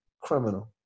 criminal